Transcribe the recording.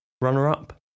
runner-up